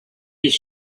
his